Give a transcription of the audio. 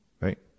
right